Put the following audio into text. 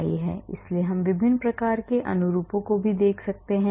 इसलिए हम विभिन्न प्रकार के अनुरूपों को भी देख सकते हैं